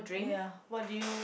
ya what do you